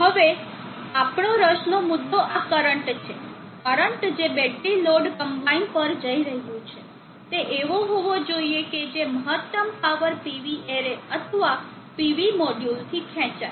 હવે આપણો રસનો મુદ્દો આ કરંટ છે કરંટ જે બેટરી લોડ કમ્બાઈન પર જઈ રહ્યું છે તે એવો હોવો જોઈએ કે જે મહત્તમ પાવર PV એરે અથવા PV મોડ્યુલથી ખેંચાય